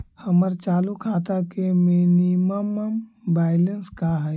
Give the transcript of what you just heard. हमर चालू खाता के मिनिमम बैलेंस का हई?